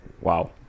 wow